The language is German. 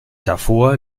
davor